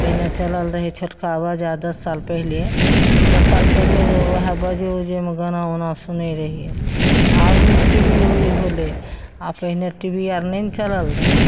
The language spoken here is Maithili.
पहिने चलल रहय छोटका बाजा दस साल पहिले तऽ दस साल पहिले ओएह बाजे उजेमे गाना उना सुनय रहियै आबने टी वी उबी होलय आओर पहिने टी वी आर नहिने चलल रहय